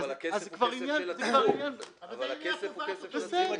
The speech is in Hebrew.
אבל הכסף הוא כסף של הציבור.